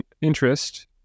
interest